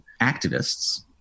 activists